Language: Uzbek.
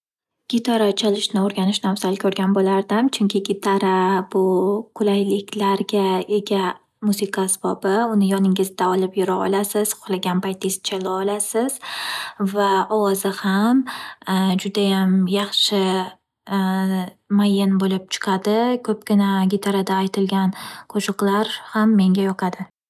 Gitara chalishni o'rganishni afzal ko'rgan bo'lardim. Chunki gitara bu qulayliklarga ega musiqa asbobi, uni yoningizda olib yurolasiz, xoxlagan paytiz chalolasiz va ovozi ham judayam yaxshi mayin bo'lib chiqadi. Ko'pgina gitarada aytilgan qo'shiqlar ham menga yoqadi.